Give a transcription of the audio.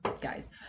guys